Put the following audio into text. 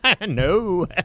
No